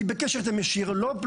אני בקשר ישיר איתם.